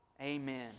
Amen